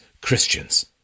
Christians